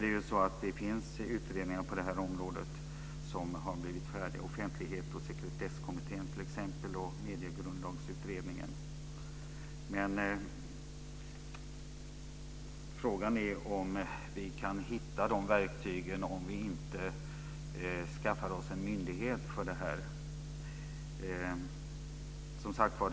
Det finns utredningar på området som har blivit färdiga, t.ex. Offentlighets och sekretesskommittén och Mediegrundlagsutredningen. Frågan är om vi kan hitta verktygen om vi inte inrättar en myndighet för detta.